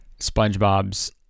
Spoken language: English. Spongebob's